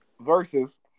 Versus